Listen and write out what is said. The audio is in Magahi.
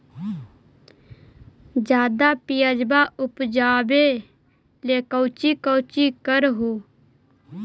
ज्यादा प्यजबा उपजाबे ले कौची कौची कर हो?